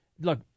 look